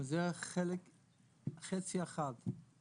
אבל זה חצי אחד מהפתרונות.